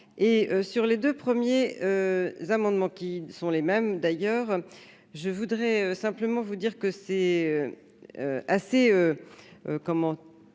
et sur les 2 premiers amendements qui sont les mêmes d'ailleurs, je voudrais simplement vous dire que c'est assez